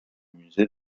musée